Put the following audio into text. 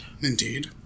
Indeed